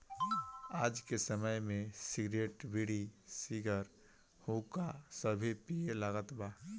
आज के समय में सिगरेट, बीड़ी, सिगार, हुक्का सभे पिए लागल बा